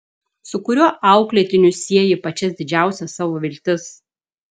su kuriuo auklėtiniu sieji pačias didžiausias savo viltis